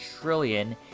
trillion